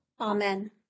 Amen